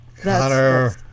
Connor